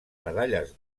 medalles